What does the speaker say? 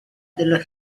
dello